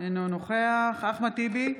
אינו נוכח אחמד טיבי,